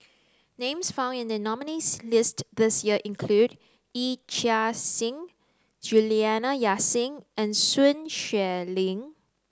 names found in the nominees' list this year include Yee Chia Hsing Juliana Yasin and Sun Xueling